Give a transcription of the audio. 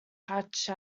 hatch